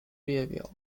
列表